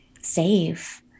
safe